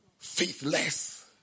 faithless